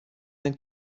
sein